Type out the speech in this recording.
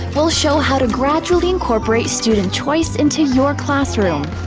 we'll show how to gradually incorporate student choice into your classroom.